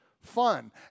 fun